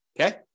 okay